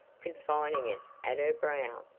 confining it at her brow.